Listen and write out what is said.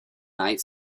night